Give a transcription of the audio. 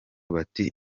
bati